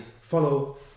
Follow